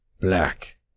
Black